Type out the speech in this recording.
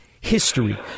History